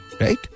Right